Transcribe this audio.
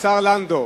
השר לנדאו.